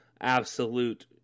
Absolute